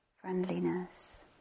friendliness